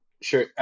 Sure